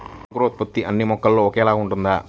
అంకురోత్పత్తి అన్నీ మొక్కల్లో ఒకేలా ఉంటుందా?